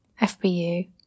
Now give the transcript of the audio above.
FBU